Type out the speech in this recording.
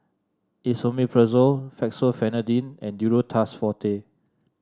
Esomeprazole Fexofenadine and Duro Tuss Forte